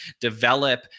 develop